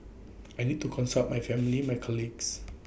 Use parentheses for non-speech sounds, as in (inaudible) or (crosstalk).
I need to consult my family (noise) my colleagues